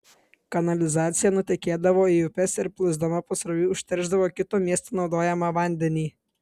kanalizacija nutekėdavo į upes ir plūsdama pasroviui užteršdavo kito miesto naudojamą vandenį